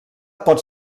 pot